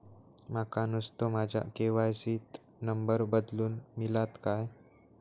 माका नुस्तो माझ्या के.वाय.सी त नंबर बदलून मिलात काय?